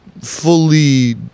fully